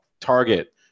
Target